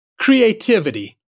creativity